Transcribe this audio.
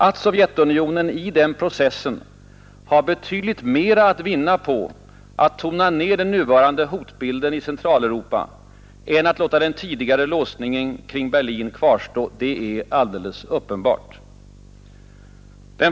Att Sovjetunionen under denna process har betydligt mera att vinna på att tona ner den nuvarande hotbilden i Centraleuropa än att låta den tidigare låsningen kring Berlin kvarstå är uppenbart.